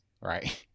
Right